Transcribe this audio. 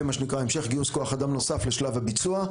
מה שנקרא המשך גיוס כוח אדם נוסף לשלב הביצוע.